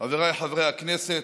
חבריי חברי הכנסת,